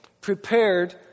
prepared